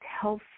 health